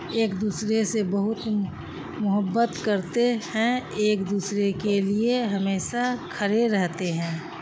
ایک دوسرے سے بہت محبت کرتے ہیں ایک دوسرے کے لیے ہمیشہ کھڑے رہتے ہیں